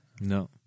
No